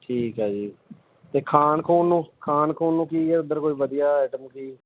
ਠੀਕ ਆ ਜੀ ਅਤੇ ਖਾਣ ਖੁਣ ਨੂੰ ਖਾਣ ਖੁਣ ਨੂੰ ਕੀ ਆ ਉੱਧਰ ਕੋਈ ਵਧੀਆ ਆਈਟਮ ਕੀ